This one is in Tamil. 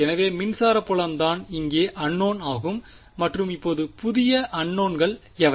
எனவே மின்சார புலம் தான் இங்கே அன்னோன் ஆகும் மற்றும் இப்போது புதிய அன்னோன்கள் எவை